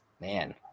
man